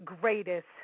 greatest